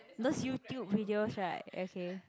those YouTube videos right okay